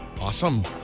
Awesome